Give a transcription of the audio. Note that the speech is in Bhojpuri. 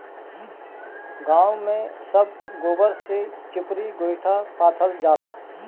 गांव में सब गोबर से चिपरी गोइठा पाथल जाला